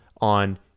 on